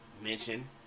mention